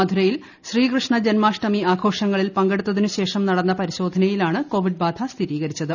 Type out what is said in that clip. മഥുരയിൽ ശ്രീകൃഷ്ണ ജന്മാഷ്ടമി ആഘോഷങ്ങളിൽ പങ്കെടുത്തതിന് ശേഷം നടന്ന പരിശോധനയിലാണ് കോവിഡ് ബാധ സ്ഥിരീകരിച്ചത്